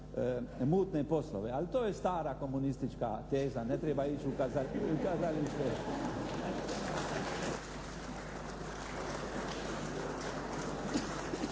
mutne poslove. Ali to je stara komunistička teza, ne treba ići u kazalište.